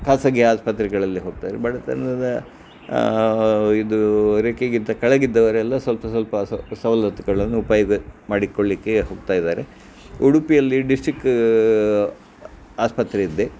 ಖಾಸಗಿ ಆಸ್ಪತ್ರೆಗಳಲ್ಲಿ ಹೋಗ್ತಾರೆ ಬಡತನದ ಇದು ರೇಖೆಗಿಂತ ಕೆಳಗಿದ್ದವರೆಲ್ಲ ಸ್ವಲ್ಪ ಸ್ವಲ್ಪ ಸವಲತ್ತುಗಳನ್ನು ಉಪಯೋಗ ಮಾಡಿಕೊಳ್ಳಿಕ್ಕೆ ಹೋಗ್ತಾ ಇದ್ದಾರೆ ಉಡುಪಿಯಲ್ಲಿ ಡಿಸ್ಟಿಕ್ ಆಸ್ಪತ್ರೆ ಇದ್ದೆ